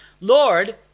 Lord